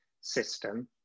system